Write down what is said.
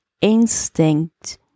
instinct